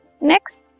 next